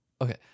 Okay